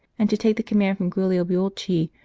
and to take the command from giulio beolchi,